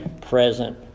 present